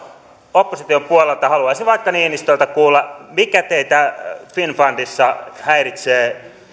opposition puolelta haluaisin vaikka niinistöltä kuulla mikä teitä finnfundissa häiritsee